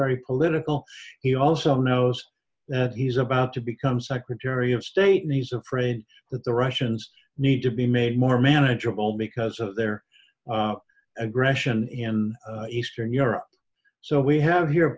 very political he also knows that he's about to become secretary of state he's afraid that the russians need to be made more manageable because of their aggression in eastern europe so we have here